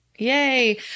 Yay